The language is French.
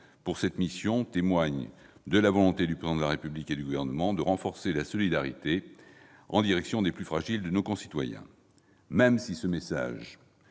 de cette mission témoigne de la volonté du Président de la République et du Gouvernement de renforcer la solidarité en direction des plus fragiles de nos concitoyens. Même si ce message